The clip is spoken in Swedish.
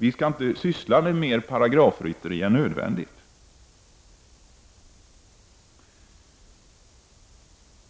Vi skall inte ägna oss åt mer paragrafrytteri än som är nödvändigt.